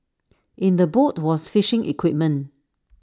in the boat was fishing equipment